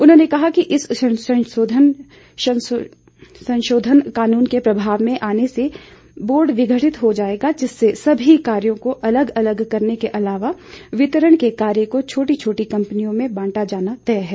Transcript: उन्होंने कहा कि इस संशोधन कानून के प्रभाव में आने से बोर्ड विघटित हो जाएगा जिससे सभी कार्यों को अलग अलग करने के अलावा वितरण के कार्य को छोटी छोटी कंपनियों में बांटा जाना तय है